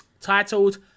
Titled